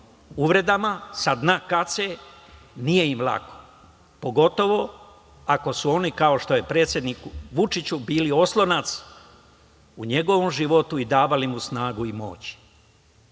uvredama, sa dna kace, nije im lako, pogotovo ako su oni, kao što su predsedniku Vučiću, bili oslonac u njegovom životu i davali mu snagu i moć.